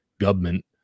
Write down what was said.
government